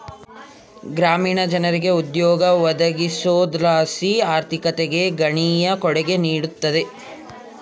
ಗ್ರಾಮೀಣ ಜನರಿಗೆ ಉದ್ಯೋಗ ಒದಗಿಸೋದರ್ಲಾಸಿ ಆರ್ಥಿಕತೆಗೆ ಗಣನೀಯ ಕೊಡುಗೆ ನೀಡುತ್ತದೆ